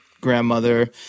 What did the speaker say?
grandmother